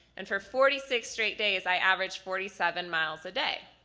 and for forty six straight days i averaged forty seven miles a day.